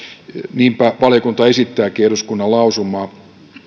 niinpä valiokunta esittääkin eduskunnan lausumaa